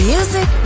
Music